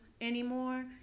anymore